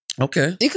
Okay